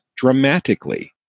Dramatically